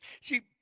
See